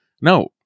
no